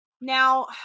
Now